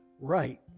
right